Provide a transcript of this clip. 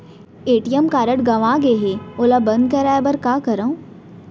ATM card गंवा गे है ओला बंद कराये बर का करंव?